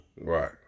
Right